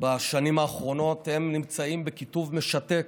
בשנים האחרונות הם נמצאים בקיטוב משתק,